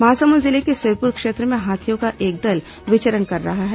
महासमुंद जिले के सिरपुर क्षेत्र में हाथियों का एक दल विचरण कर रहा है